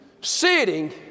Sitting